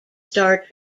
star